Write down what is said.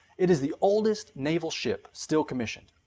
it is the oldest naval ship still commissioned,